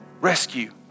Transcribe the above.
rescue